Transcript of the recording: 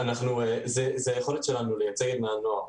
זו היכולת שלנו לייצג את בני הנוער.